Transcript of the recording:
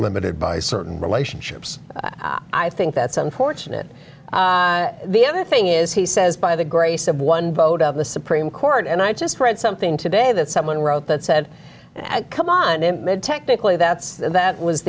limited by certain relationships i think that's unfortunate the other thing is he says by the grace of one vote of the supreme court and i just read something today that someone wrote that said come on in technically that's that was